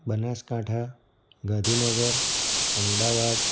Banaskantha Gandhinagar Ahmedabad